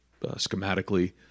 schematically